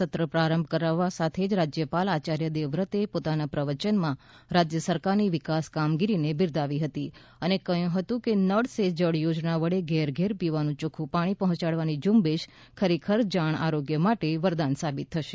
સત્ર પ્રારંભ કરાવવા સાથે રાજયપાલ આયાર્ય દેવવ્રતે પોતાના પ્રવયનમાં રાજ્ય સરકાર ની વિકાસ કામગીરીને બિરદાવી હતી અને કહ્યું હતું કે નળ સે જળ યોજના વડે ઘેર ઘેર પીવાનું ચોખ્ખું પાણી પહોંચાડવાની ઝુંબેશ ખરેખર જાણ આરોગ્ય માટે વરદાન સાબિત થશે